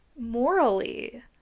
morally